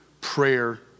prayer